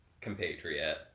compatriot